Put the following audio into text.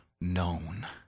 known